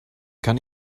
kann